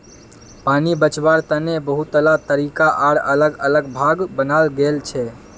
पानी बचवार तने बहुतला तरीका आर अलग अलग भाग बनाल गेल छे